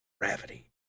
Gravity